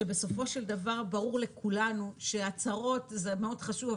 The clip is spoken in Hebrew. שבסופו של דבר ברור לכולנו שהצהרות זה מאוד חשוב,